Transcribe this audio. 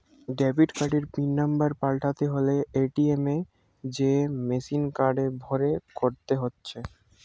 debit কার্ডের PIN number পাল্টাতে হলে এ.টি.এম এ যেয়ে মেসিনে কার্ড ভরে করতে হচ্ছে